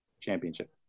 championship